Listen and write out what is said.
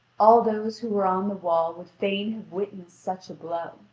all those who were on the wall would fain have witnessed such a blow.